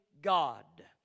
God